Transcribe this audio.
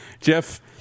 Jeff